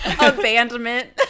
Abandonment